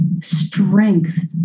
strength